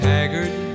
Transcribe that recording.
Haggard